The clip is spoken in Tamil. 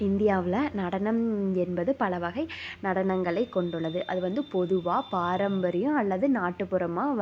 இந்தியாவில் நடனம் என்பது பல வகை நடனங்களை கொண்டுள்ளது அது வந்து பொதுவாக பாரம்பரியம் அல்லது நாட்டுப்புறமாக வ